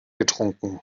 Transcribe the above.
getrunken